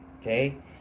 okay